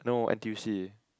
no n_t_u_c